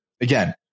again